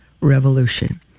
revolution